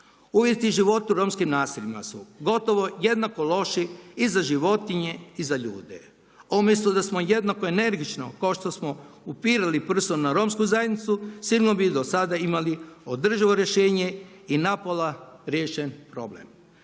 Uvjeti života u romskim naseljima su gotovo jednako loši i za životinje i za ljude. Umjesto da smo jednako energično kao što upirali prstom na romsku zajednicu, sigurno bi dosada imali održivo rješenje i napola riješen problem.